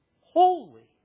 Holy